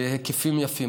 בהיקפים יפים.